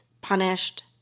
punished